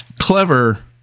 clever